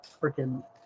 freaking